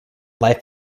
life